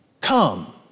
come